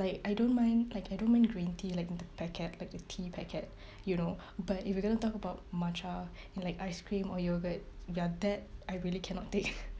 like I don't mind like I don't mind green tea like in the packet like a tea packet you know but if you're going to talk about matcha in like ice cream or yogurt ya that I really cannot take